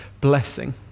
blessing